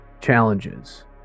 challenges